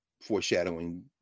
foreshadowing